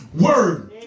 word